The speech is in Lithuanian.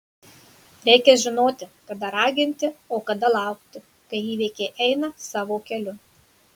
reikia žinoti kada raginti o kada laukti kai įvykiai eina savo keliu